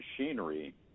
machinery